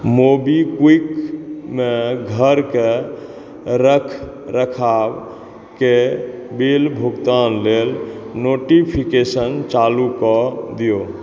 मोबीक्विकमे घरके रखरखावके बिल भुगतान लेल नोटिफिकेशन चालू कऽ दिऔ